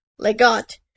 Legat